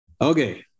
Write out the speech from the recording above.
Okay